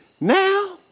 Now